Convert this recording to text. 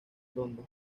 sonda